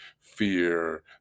fear